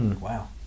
Wow